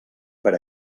per